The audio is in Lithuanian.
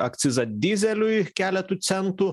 akcizą dyzeliui keletu centų